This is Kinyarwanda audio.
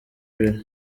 biri